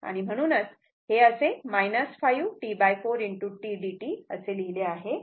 आणि म्हणूनच हे असे 5 T4 tdt लिहिले आहे